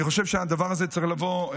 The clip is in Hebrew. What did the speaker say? אני חושב שהדבר הזה צריך לבוא,